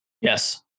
Yes